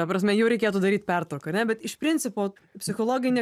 ta prasme jau reikėtų daryt pertrauką ar ne bet iš principo psichologai